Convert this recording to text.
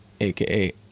aka